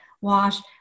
wash